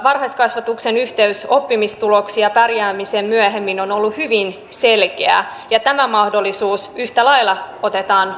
varhaiskasvatuksen yhteys oppimistuloksiin ja pärjäämiseen myöhemmin on ollut hyvin selkeää ja tämä mahdollisuus yhtä lailla otetaan lapsilta pois